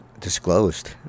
disclosed